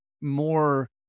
more